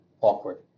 awkward